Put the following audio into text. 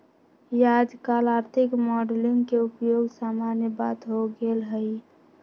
याजकाल आर्थिक मॉडलिंग के उपयोग सामान्य बात हो गेल हइ